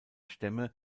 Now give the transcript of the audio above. stämme